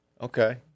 Okay